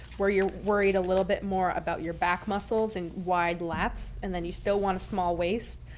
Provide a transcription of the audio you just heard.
where you're worried a little bit more about your back muscles and wide lats and then you still want a small waist.